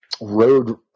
road